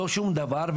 לא שום דבר,